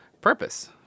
purpose